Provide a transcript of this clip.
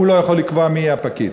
הוא לא יכול לקבוע מי הפקיד.